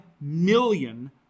million